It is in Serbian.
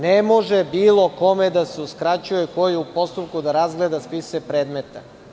Ne može bilo kome da se uskraćuje, ko je u postupku, da razgleda spise predmeta.